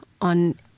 on